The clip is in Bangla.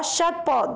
পশ্চাৎপদ